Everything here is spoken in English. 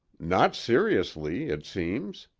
not seriously it seems.